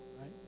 right